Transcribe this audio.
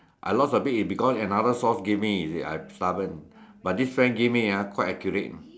I lost a bit it because another source give me is it I stubborn but this friend give me ah quite accurate